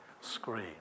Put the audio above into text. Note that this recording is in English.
screen